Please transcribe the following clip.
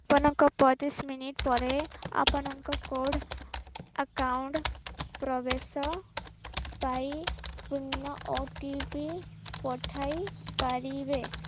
ଆପଣଙ୍କ ପଇଁତିରିଶ ମିନିଟ ପରେ ଆପଣଙ୍କର କୋଡ଼୍ ଆକାଉଣ୍ଟ ପ୍ରବେଶ ପାଇ ପୁନଃ ଓ ଟି ପି ପଠାଇପାରିବେ